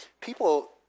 people